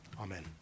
Amen